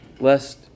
lest